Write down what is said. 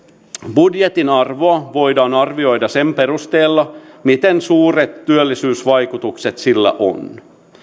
budjetin arvoa voidaan arvioida sen perusteella miten suuret työllisyysvaikutukset sillä on